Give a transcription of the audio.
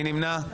מי נמנע?